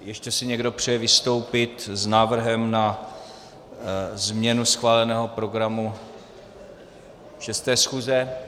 Ještě si někdo přeje vystoupit s návrhem na změnu schváleného programu 6. schůze?